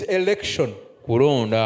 election